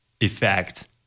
effect